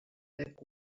back